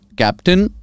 captain